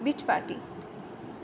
beach party